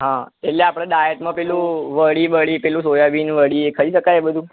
હા એટલે આપણે ડાયટમાં પેલું વડી બડી પેલું સોયાબીન વડી એ ખાઈ શકાય એ બધું